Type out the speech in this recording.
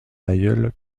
aïeul